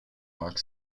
marc